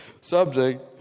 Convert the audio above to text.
subject